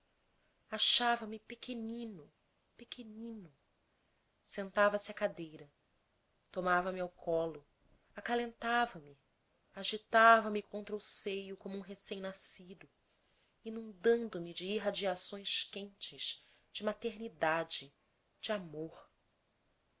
sonoro achava-me pequenino pequenino sentava-se à cadeira tomava me ao colo acalentava me agitava me contra o seio como um recém nascido inundando me de irradiações quentes de maternidade de amor